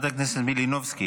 ממשלה מנותק,